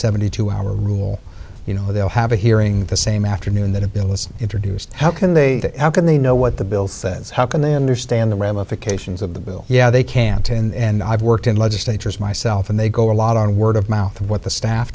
seventy two hour rule you know they'll have a hearing the same afternoon that a bill is introduced how can they how can they know what the bill says how can they understand the ramifications of the bill yeah they can't and i've worked in legislatures myself and they go a lot on word of mouth of what the staff